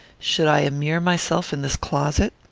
should i immure myself in this closet?